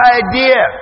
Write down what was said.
idea